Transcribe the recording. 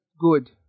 good